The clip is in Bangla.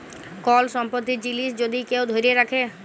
কল সম্পত্তির জিলিস যদি কেউ ধ্যইরে রাখে